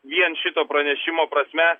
vien šito pranešimo prasme